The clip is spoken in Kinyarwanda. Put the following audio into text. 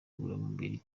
ngororamubiri